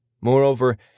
Moreover